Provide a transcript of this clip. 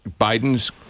Biden's